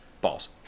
Balls